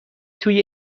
توی